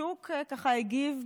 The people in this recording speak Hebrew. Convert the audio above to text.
השוק, ככה, הגיב,